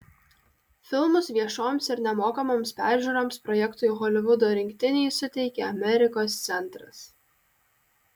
filmus viešoms ir nemokamoms peržiūroms projektui holivudo rinktiniai suteikė amerikos centras